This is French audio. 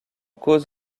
cause